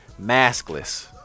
maskless